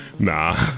Nah